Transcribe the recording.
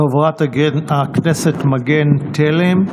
חברת הכנסת מגן תלם,